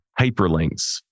hyperlinks